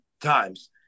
times